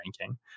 ranking